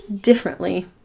differently